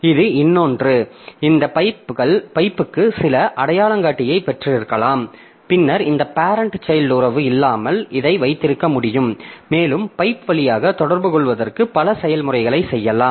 இது இன்னொன்று இந்த பைப்புக்கு சில அடையாளங்காட்டியைப் பெற்றிருக்கலாம் பின்னர் இந்த பேரெண்ட் சைல்ட் உறவு இல்லாமல் இதை வைத்திருக்க முடியும் மேலும் பைப் வழியாக தொடர்புகொள்வதற்கு பல செயல்முறைகளை செய்யலாம்